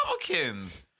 Republicans